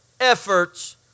efforts